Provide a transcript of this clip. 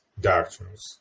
doctrines